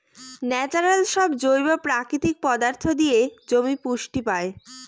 natural সব জৈব প্রাকৃতিক পদার্থ দিয়ে জমি পুষ্টি পায়